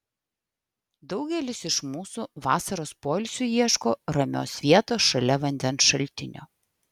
daugelis iš mūsų vasaros poilsiui ieško ramios vietos šalia vandens šaltinio